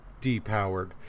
depowered